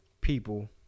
people